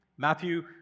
Matthew